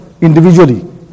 individually